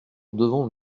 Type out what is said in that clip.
devons